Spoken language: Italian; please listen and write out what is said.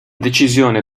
decisione